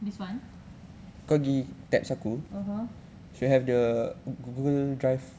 this one (uh huh)